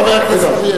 חבר הכנסת אריאל.